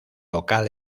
local